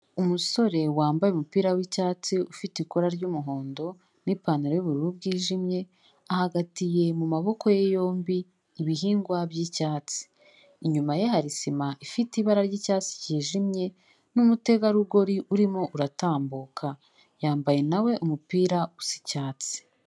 Umusore wambaye umupira w'icyatsi, ufite ikora ry'umuhondo n'ipantaro y'ubururu by'ijimye, ahagaye mu maboko ye yombi ibihingwa by'icyatsi, inyuma ye hari sima ifite ibara ry'icyatsi cy'ijimye n'umutegarugori urimo uratambuka, yambaye na we umupira usa icyatsi.